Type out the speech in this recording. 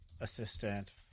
assistant